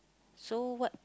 so what